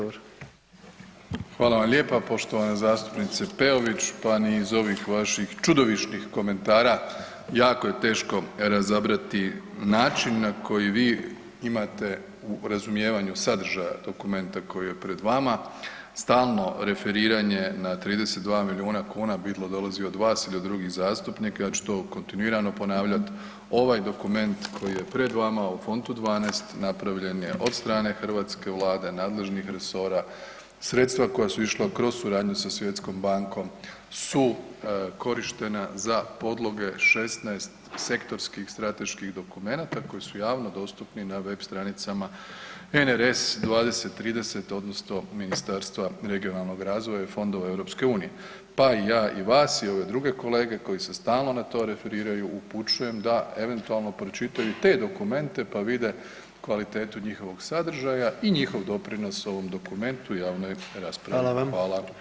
Hvala vam lijepa poštovane zastupnice Peović, pa ni iz ovih vaših čudovišnih komentara, jako je teško razabrati način na koji vi imate u razumijevanju sadržaja dokumenta koji je pred vama, stalno referiranje na 32 milijuna bilo da dolazi od vas ili od drugih zastupnika, ja ću to kontinuirano ponavljat, ovaj dokument koji je pred vama u fontu 12, napravljen je od strane hrvatske Vlade, nadležnih resora, sredstva koja su išla kroz suradnju sa Svjetskom bankom su korištena za podloge 16 sektorskih strateških dokumenata koji su javno dostupni na web stranicama NRS 2020.-2030. odnosno Ministarstva regionalnog razvoja i fondova EU, pa ja i vas i ove druge kolege koji se stalno na to referiraju upućujem da eventualno pročitaju te dokumente, pa vide kvalitetu njihovog sadržaja i njihov doprinos ovom dokumentu i javnoj raspravi [[Upadica: Hvala vam]] Hvala.